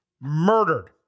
murdered